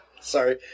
sorry